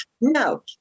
No